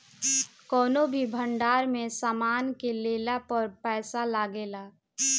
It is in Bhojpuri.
कौनो भी भंडार में सामान के लेला पर पैसा लागेला